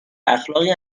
اخلاقی